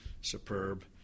superb